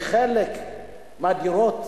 כי חלק מהדירות,